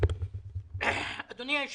עיר שהיא לדוגמה ואני יודע מה עשה ראש